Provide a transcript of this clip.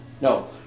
No